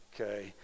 okay